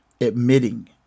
admitting